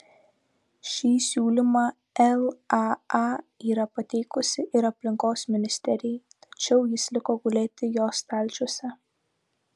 šį siūlymą laa yra pateikusi ir aplinkos ministerijai tačiau jis liko gulėti jos stalčiuose